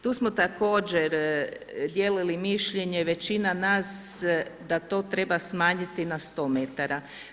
Tu smo također dijelili mišljenje, većina nas da to treba smanjiti na 100 metara.